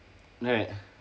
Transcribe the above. right